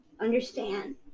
Understand